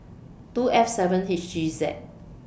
two F seven H G Z